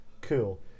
cool